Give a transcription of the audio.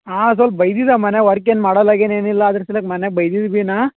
ಹಾಂ ಸ್ವಲ್ಪ ಬೈದಿದೆ ಮನೆ ವರ್ಕ್ ಏನು ಮಾಡೋಲ್ ಆಗಿದಾನೆನಿಲ್ಲ ಅದ್ರ ಸಲುವಾಗ್ ಮನೆಯಾಗ್ ಬೈದಿದ್ದೆ ಬಿ ನಾ